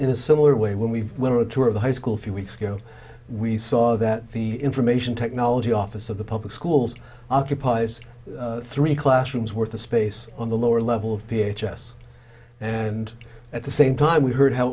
in a similar way when we went to a tour of a high school few weeks ago we saw that the information technology office of the public schools occupies three classrooms with the space on the lower level of p h s and at the same time we heard how